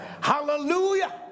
Hallelujah